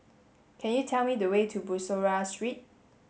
could you tell me the way to Bussorah Street